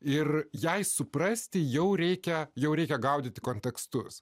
ir jai suprasti jau reikia jau reikia gaudyti kontekstus